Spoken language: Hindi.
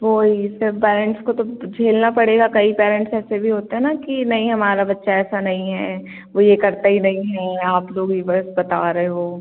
वही इसमें पैरेंट्स को तो झेलना पड़ेगा कई पैरेंट्स ऐसे भी होते हैं ना कि नहीं हमारा बच्चा ऐसा नहीं है वह यह करता ही नहीं है आप लोग ही बस बता रहे हो